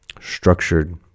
structured